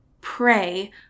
pray